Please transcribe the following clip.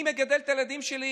אני מגדל את הילדים שלי,